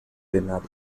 venados